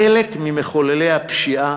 חלק ממחוללי הפשיעה,